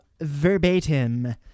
verbatim